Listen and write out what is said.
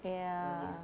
ya